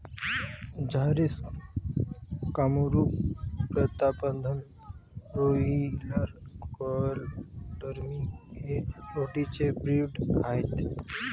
Jharsim, Kamrupa, Pratapdhan, broiler, quail, turkey हे poultry चे breed आहेत